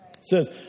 says